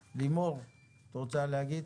לימור, חברת הכנסת, את רוצה להגיב?